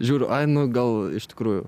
žiūriu ai nu gal iš tikrųjų